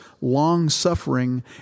long-suffering